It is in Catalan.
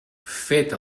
fet